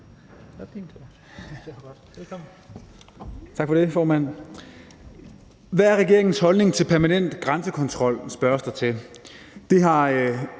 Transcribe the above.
Hvad er regeringens holdning til permanent grænsekontrol?